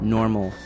Normal